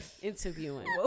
interviewing